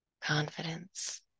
confidence